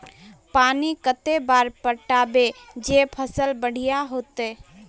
पानी कते बार पटाबे जे फसल बढ़िया होते?